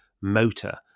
motor